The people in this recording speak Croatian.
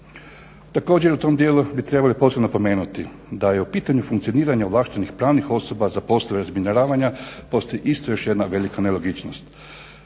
Također u tom dijelu bi trebali posebno napomenuti da je u pitanju funkcioniranja ovlaštenih pravnih osoba za poslove razminiravanja postoji isto još jedna velika nelogičnost.